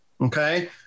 okay